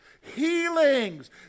Healings